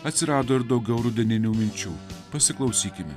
atsirado ir daugiau rudeninių minčių pasiklausykime